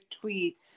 tweet